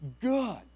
good